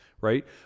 right